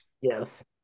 Yes